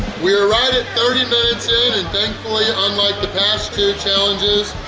we are right at thirty minutes in and thankfully, unlike the past two challenges,